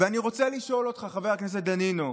אני רוצה לשאול אותך, חבר הכנסת דנינו,